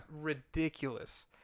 ridiculous